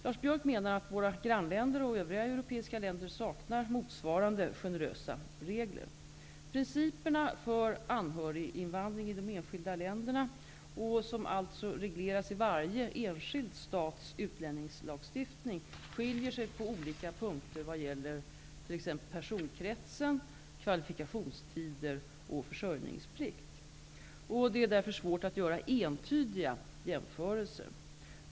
Lars Biörck menar att våra grannländer och övriga europeiska länder saknar motsvarande generösa regler. Principerna för anhöriginvandring i de enskilda länderna, som alltså regleras i varje enskild stats utlänningslagstiftning, skiljer sig på olika punkter vad gäller t.ex. personkretsen, kvalifikationstider och försörjningsplikt. Det är därför svårt att göra entydiga jämförelser.